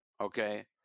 okay